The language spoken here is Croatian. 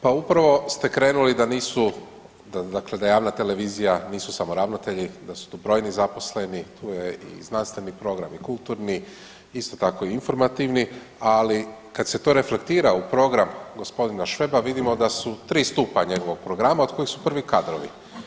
Pa upravo ste krenuli da nisu, dakle da javna televizija nisu samo ravnatelji, da su tu brojni zaposleni, tu je i znanstveni program i kulturni isto tako i informativni, ali kad se to reflektira u program gospodina Šveba, vidimo da su tri stupa njegovog programa, od kojeg su pravi kadrovi.